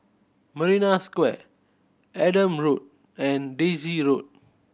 Marina Square Adam Road and Daisy Road